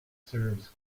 serves